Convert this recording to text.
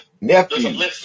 nephew